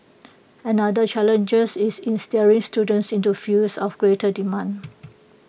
another challenges is in steering students into fields of greater demand